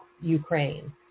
Ukraine